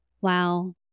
Wow